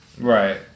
right